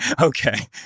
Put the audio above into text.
Okay